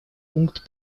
пункт